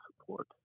support